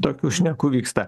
tokių šnekų vyksta